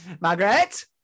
Margaret